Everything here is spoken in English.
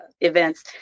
events